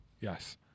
yes